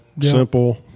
Simple